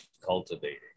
cultivating